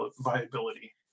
viability